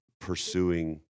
pursuing